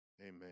Amen